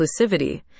inclusivity